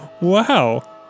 Wow